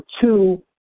two